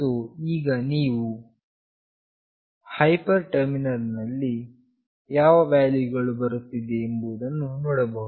so ಈಗ ನೀವು hyper terminal ನಲ್ಲಿ ಯಾವ ವ್ಯಾಲ್ಯೂಗಳು ಬರುತ್ತಿವೆ ಎಂಬುದನ್ನು ನೋಡಬಹುದು